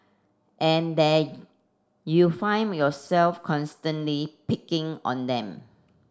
and then you find yourself constantly picking on them